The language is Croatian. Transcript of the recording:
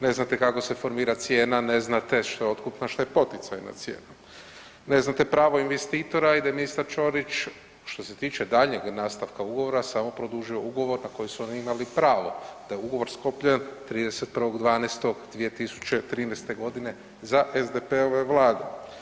Ne znate kako se formira cijena, ne znate što je otkupna što je poticajna cijena, ne znate pravo investitora, a i da je ministar Ćorić što se tiče daljnjeg nastavka ugovora samo produžio ugovor na koji su oni imali pravo, da je ugovor sklopljen 31.12.2013. za SDP-ove vlade.